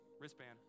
wristband